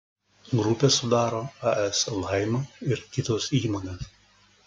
grupę sudaro as laima ir kitos įmonės